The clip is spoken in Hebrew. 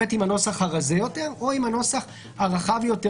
הנוסח הרזה יותר או עם הנוסח הרחב יותר,